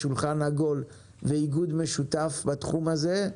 שולחן עגול ואיגוד משותף בתחום הזה,